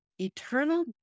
Eternal